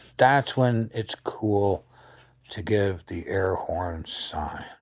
that's when it's cool to give the air horns sign.